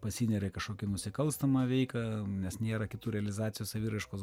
pasineria į kažkokią nusikalstamą veiką nes nėra kitų realizacijos saviraiškos